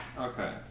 Okay